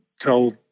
tell